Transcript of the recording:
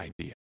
idea